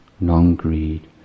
non-greed